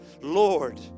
Lord